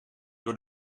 door